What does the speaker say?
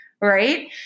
right